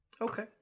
Okay